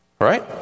Right